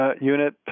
unit